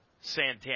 Santana